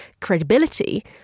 credibility